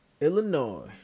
Illinois